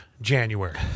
January